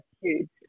huge